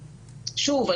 שוב,